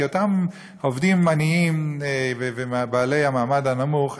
כי אותם עובדים עניים בני המעמד הנמוך,